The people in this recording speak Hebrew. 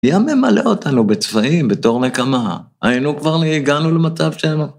‫היה ממלא אותנו בצבעים בתור נקמה. ‫היינו כבר, הגענו למצב של…